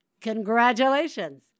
congratulations